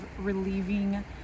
relieving